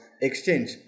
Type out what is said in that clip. exchange